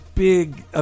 big